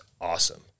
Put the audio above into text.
awesome